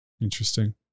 Interesting